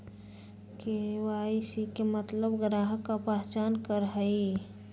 KYC के मतलब ग्राहक का पहचान करहई?